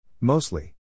Mostly